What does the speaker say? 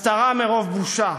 הסתרה מרוב בושה.